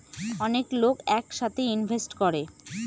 অনেক লোক এক সাথে ইনভেস্ট করে